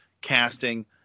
casting